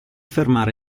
fermare